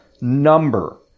number